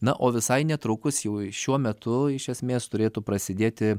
na o visai netrukus jau šiuo metu iš esmės turėtų prasidėti